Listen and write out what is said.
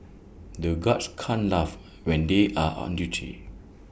the guards can't laugh when they are on duty